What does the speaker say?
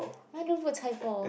!huh! don't put chai-poh